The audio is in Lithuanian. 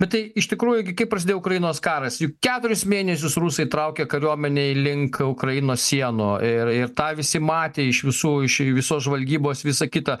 bet tai iš tikrųjų gi kaip prasidėjo ukrainos karas juk keturis mėnesius rusai traukė kariuomenei link ukrainos sienų ir ir tą visi matė iš visų iš visos žvalgybos visa kita